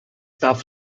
darf